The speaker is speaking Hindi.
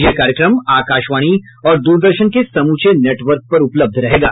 यह कार्यक्रम आकाशवाणी और द्रदर्शन के समूचे नेटवर्क पर उपलब्ध रहेगा